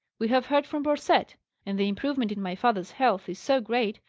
we have heard from borcette and the improvement in my father's health is so great,